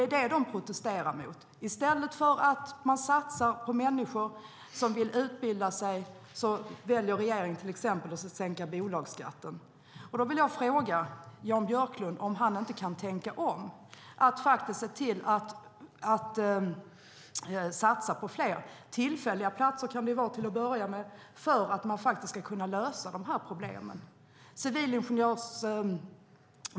I stället för att satsa på människor som vill utbilda sig väljer regeringen att exempelvis sänka bolagsskatten. Därför vill jag fråga Jan Björklund om han inte kan tänka om och faktiskt satsa på fler platser - det kan vara tillfälliga platser till att börja med - för att lösa dessa problem.